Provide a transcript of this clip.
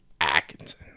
Atkinson